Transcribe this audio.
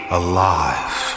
alive